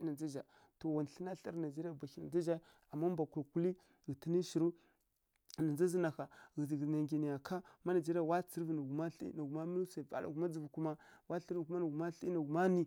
na ndza zǝ zha. To wa thlǝna thlarǝ rǝ nigeria na ndza zǝ zha, ghǝtǝnǝ shirǝw na ndza zǝn na ƙha, to ghǝzǝ na nggyi ya nǝya ká, má nigeria wa tsǝrǝvǝ nǝ ghuma thli dzǝvu kuma, wa tsǝrǝvǝ nǝ ghuma thli nǝ ghuma nǝ.